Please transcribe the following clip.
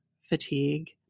fatigue